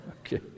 Okay